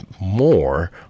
more